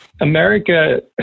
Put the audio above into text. america